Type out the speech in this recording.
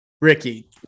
Ricky